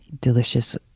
delicious